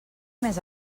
més